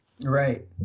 Right